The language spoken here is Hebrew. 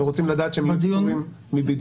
ורוצים לדעת שהם פטורים מבידוד.